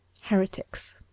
heretics